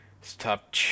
stop